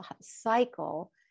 cycle